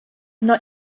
not